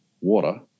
water